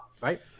right